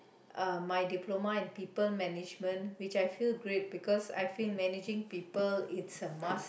uh my diploma in people management which I feel great because I feel managing people is a must